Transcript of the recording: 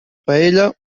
paella